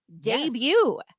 debut